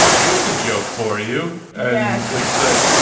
here's a joke for you and say,